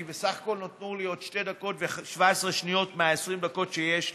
כי בסך הכול נותרו לי עוד שתי דקות ו-17 שניות מ-20 הדקות שיש לי.